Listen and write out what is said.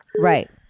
Right